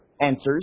answers